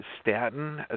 statin